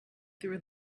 through